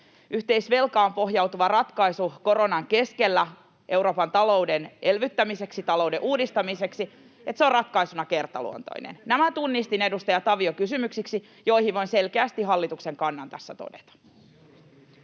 yhteisvelkaan pohjautuva ratkaisu koronan keskellä Euroopan talouden elvyttämiseksi, talouden uudistamiseksi on ratkaisuna kertaluontoinen. Nämä tunnistin, edustaja Tavio, kysymyksiksi, joihin voin selkeästi hallituksen kannan tässä todeta.